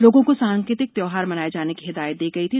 लोगों को सांकेतिक त्योहार मनाए जाने की हिदायत दी गई थी